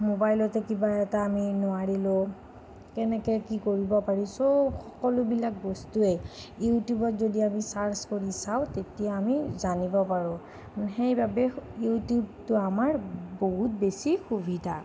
মোবইলতে কিবা এটা আমি নোৱাৰিলোঁ কেনেকৈ কি কৰিব পাৰি চব সকলোবিলাক বস্তুৱে ইউটিউবত যদি আমি ছাৰ্চ কৰি চাওঁ তেতিয়া আমি জানিব পাৰোঁ সেই বাবে ইউটিউবটো আমাৰ বহুত বেছি সুবিধা